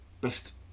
Best